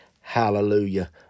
Hallelujah